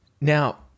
Now